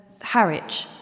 Harwich